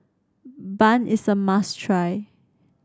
bun is a must try